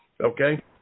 okay